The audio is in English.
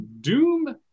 Doom